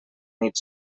nit